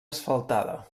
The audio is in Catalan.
asfaltada